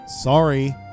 sorry